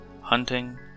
hunting